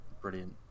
Brilliant